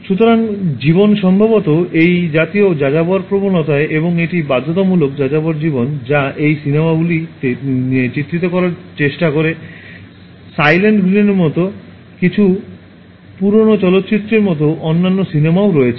সুতরাং জীবন সম্ভবত এই জাতীয় যাযাবর প্রবণতা এবং একটি বাধ্যতামূলক যাযাবর জীবন যা এই সিনেমাগুলি চিত্রিত করার চেষ্টা করে সাইলেন্ট গ্রিনের মতো কিছুটা পুরানো চলচ্চিত্রের মতো অন্যান্য সিনেমাও রয়েছে